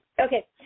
Okay